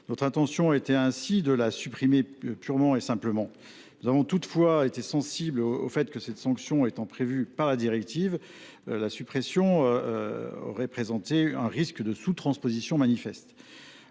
Notre intention première était donc de la supprimer purement et simplement. Nous avons toutefois été sensibles au fait que, cette sanction étant prévue par la directive, sa suppression aurait présenté un risque de sous transposition manifeste.